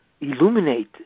illuminate